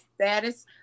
status